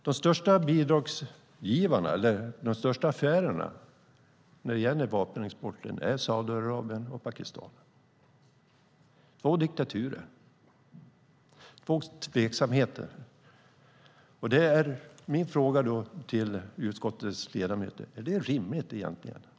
De största bidragsgivarna eller de största affärerna när det gäller vapenexporten är Saudiarabien och Pakistan - två diktaturer och två tveksamheter. Min fråga till utskottets ledamöter är: Är detta rimligt?